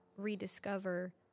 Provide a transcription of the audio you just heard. rediscover